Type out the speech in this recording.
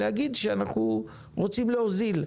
להגיד שאנחנו רוצים להוזיל,